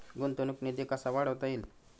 गुंतवणूक निधी कसा वाढवता येईल?